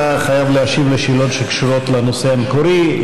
אתה חייב להשיב על שאלות שקשורות לנושא המקורי.